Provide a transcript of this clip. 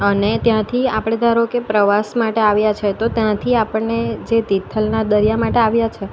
અને ત્યાંથી આપણે ધારો કે પ્રવાસ માટે આવ્યા છીએ તો ત્યાંથી આપણને જે તિથલના દરિયા માટે આવ્યા છે